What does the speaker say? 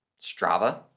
Strava